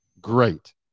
great